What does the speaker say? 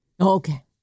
Okay